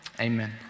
amen